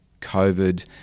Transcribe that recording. COVID